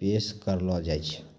पेश करलो जाय छै